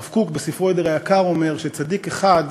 הרב קוק, בספרו "אדר היקר", אומר שצדיק אחד,